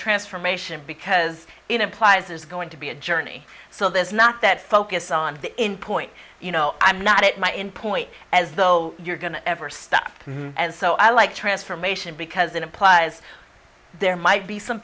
transformation because it implies there's going to be a journey so there's not that focus on the in point you know i'm not at my in point as though you're going to ever stop and so i like transformation because it implies there might be some